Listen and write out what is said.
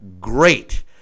great